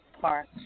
Park